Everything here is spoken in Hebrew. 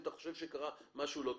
אם אתה חושב שקרה משהו לא טוב.